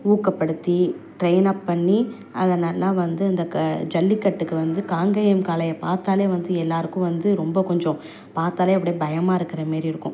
ஊக்கப்படுத்தி ட்ரைன்னப் பண்ணி அதை நல்லா வந்து இந்த க ஜல்லிக்கட்டுக்கு வந்து காங்கேயம் காளையை பார்த்தாலே வந்து எல்லாருக்கும் வந்து ரொம்ப கொஞ்சம் பார்த்தாலே அப்படே பயமாக இருக்கிற மாரி இருக்கும்